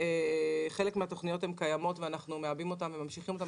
חלק מן התוכניות קיימות ואנחנו מעבים אותן וממשיכים אותן,